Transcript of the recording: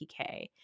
PK